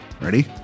Ready